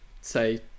say